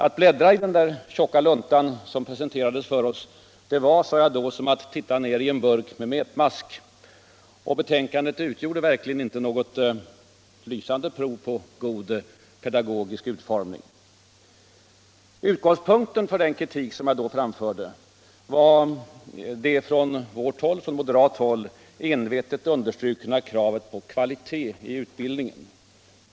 Att bläddra i den tjocka lunta som pre senterades för oss var, sade jag då, som att titta ner i en burk med metmask. Och betänkandet utgjorde verkligen inte något lysande prov på god pedagogisk utformning. Utgångspunkten för den kritik som jag då framförde var det från moderat håll medvetet underbyggda kravet på kvalitet i utbildningen.